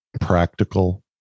practical